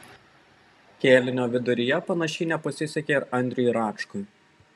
kėlinio viduryje panašiai nepasisekė ir andriui račkui